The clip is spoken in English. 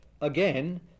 Again